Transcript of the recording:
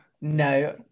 No